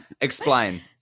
Explain